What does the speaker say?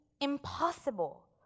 impossible